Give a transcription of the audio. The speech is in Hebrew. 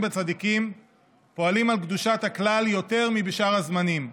בצדיקים פועלים על קדושת הכלל יותר מבשאר הזמנים.